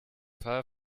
paar